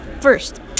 first